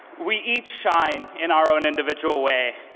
we each shine in our own individual way.